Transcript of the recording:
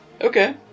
Okay